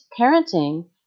parenting